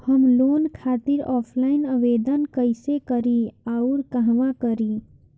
हम लोन खातिर ऑफलाइन आवेदन कइसे करि अउर कहवा करी?